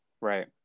right